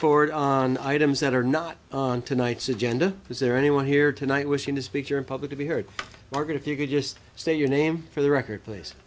forward on items that are not on tonight's agenda is there anyone here tonight wishing to speak here in public to be heard margaret if you could just state your name for the record place